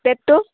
pad টো